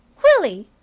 willie!